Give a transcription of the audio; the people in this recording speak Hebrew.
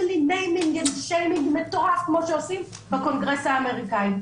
לי שיימינג מטורף כמו שעושים בקונגרס האמריקני.